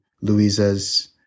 Louisa's